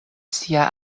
sia